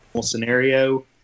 scenario